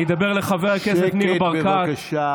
אני אדבר לחבר הכנסת ניר ברקת, שקט, בבקשה.